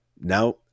now